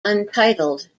untitled